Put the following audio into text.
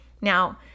Now